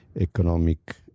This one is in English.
economic